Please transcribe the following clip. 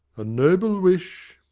a noble wish.